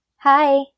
Hi